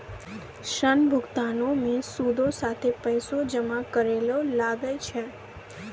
ऋण भुगतानो मे सूदो साथे पैसो जमा करै ल लागै छै